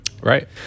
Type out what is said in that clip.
Right